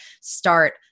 start